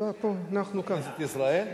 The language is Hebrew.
בכנסת ישראל?